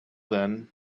then